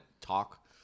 talk